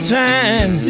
time